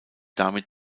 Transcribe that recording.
damit